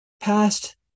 past